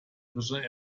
irische